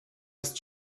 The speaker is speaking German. ist